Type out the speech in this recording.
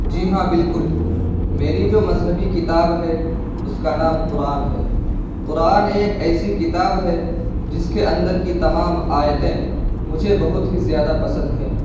جی ہاں بالکل میری جو مذہبی کتاب ہے اس کا نام قرآن ہے قرآن ایک ایسی کتاب ہے جس کے اندر کی تمام آیتیں مجھے بہت ہی زیادہ پسند ہیں